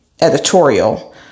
editorial